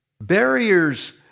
Barriers